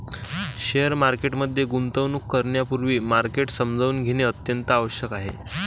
share market मध्ये गुंतवणूक करण्यापूर्वी मार्केट समजून घेणे अत्यंत आवश्यक आहे